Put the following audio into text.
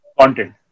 content